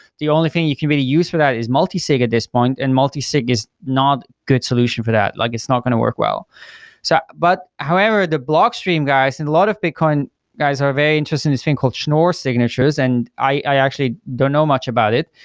the only thing you can really use for that is multi-sig at this point and multi-sig is not good solution for that. like it's not going to work well so but however, the blockstream guys and a lot of bitcoin guys are very interested in this thing called schnorr signatures, and i actually don't know much about it,